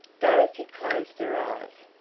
dorothy closed her eyes.